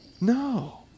No